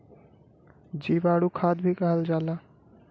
जीवाणु खाद भी कहल जाला